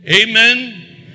Amen